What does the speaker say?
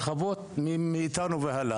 הרחבות מאיתנו והלאה,